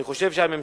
אני חושב שהממשלה,